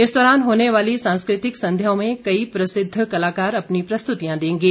इस दौरान होने वाली सांस्कृतिक संध्याओं में कई प्रसिद्ध कलाकार अपनी प्रस्तुतियां देंगे